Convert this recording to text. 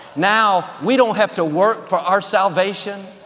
now, we don't have to work for our salvation,